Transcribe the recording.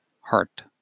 heart